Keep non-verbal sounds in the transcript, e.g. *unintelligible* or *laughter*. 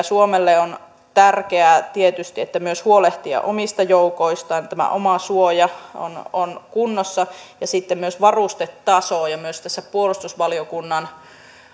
*unintelligible* suomelle on tärkeää tietysti myös huolehtia omista joukoista se että omasuoja on on kunnossa ja myös varustetaso tässä puolustusvaliokunnan